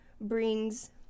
brings